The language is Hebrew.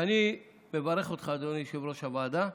ואני מברך אותך, אדוני יושב-ראש הוועדה,